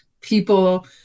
people